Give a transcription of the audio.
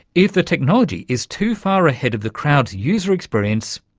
if the technology is too far ahead of the crowd's user-experience,